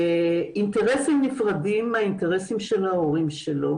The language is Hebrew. אינטרסים נפרדים מהאינטרסים של ההורים שלו,